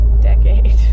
decade